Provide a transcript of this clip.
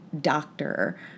doctor